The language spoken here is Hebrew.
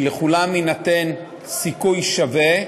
שלכולם יינתן סיכוי שווה,